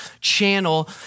channel